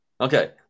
Okay